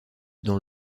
dans